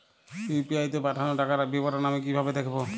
UPI তে পাঠানো টাকার বিবরণ আমি কিভাবে দেখবো?